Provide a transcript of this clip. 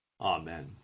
Amen